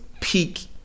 peak